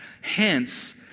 Hence